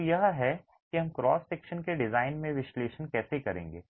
तो यह है कि हम क्रॉस सेक्शन के डिजाइन में विश्लेषण कैसे करेंगे